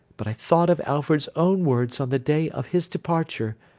but i thought of alfred's own words on the day of his departure,